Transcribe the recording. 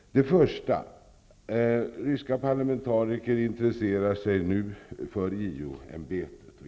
Ryska parlamentariker intresserar sig nu för JO ämbetet.